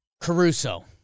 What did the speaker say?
Caruso